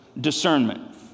discernment